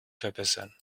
verbessern